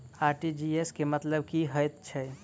RTGS केँ मतलब की हएत छै?